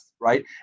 right